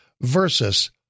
versus